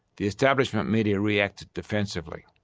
the establishment media reacted defensively.